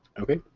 ok,